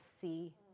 see